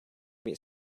meet